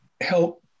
help